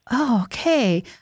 okay